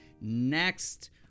next